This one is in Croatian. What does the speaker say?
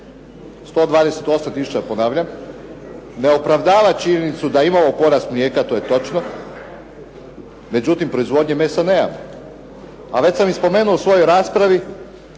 128 tisuća, ponavljam, ne opravdava činjenicu da imamo porast mlijeka, to je točno. Međutim, proizvodnje mesa nemamo, a već sam i spomenuo u svojoj raspravi